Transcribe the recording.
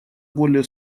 более